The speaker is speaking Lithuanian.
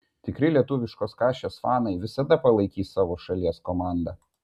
tikri lietuviškos kašės fanai visada palaikys savo šalies komandą